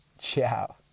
ciao